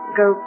go